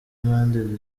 impande